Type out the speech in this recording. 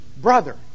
Brother